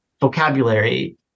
vocabulary